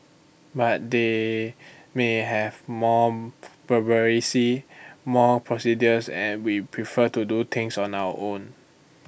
but they may have more more procedures and we prefer to do things on our own